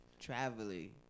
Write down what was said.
Traveling